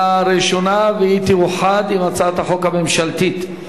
ראשונה והיא תאוחד עם הצעת החוק הממשלתית.